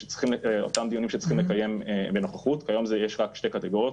אותם דיונים שצריכים לקיים בנוכחות - כיום יש רק שתי קטגוריות,